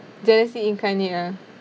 jealousy incarnate ah